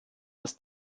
dass